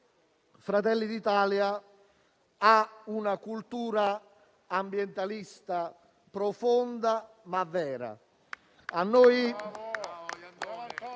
Fratelli d'Italia ha una cultura ambientalista profonda e vera.